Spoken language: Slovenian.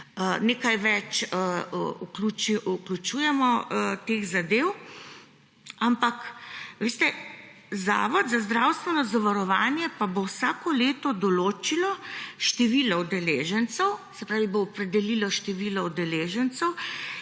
Nekaj več vključujemo teh zadev, ampak veste, Zavod za zdravstveno zavarovanje bo vsako leto določil število udeležencev, se pravi, bo opredelil število udeležencev